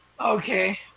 Okay